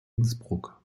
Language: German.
innsbruck